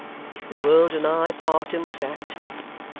if the world and i part in this act,